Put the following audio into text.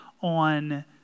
on